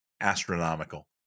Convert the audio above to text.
astronomical